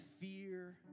fear